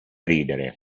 ridere